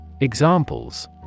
Examples